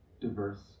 diverse